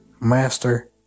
master